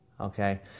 Okay